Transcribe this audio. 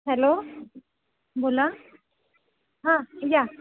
hello बोला हां या